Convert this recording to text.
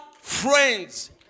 friends